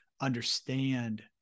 understand